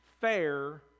Fair